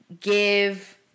give